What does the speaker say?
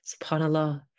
subhanallah